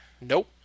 Nope